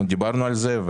אנחנו דיברנו על זה,